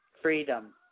freedom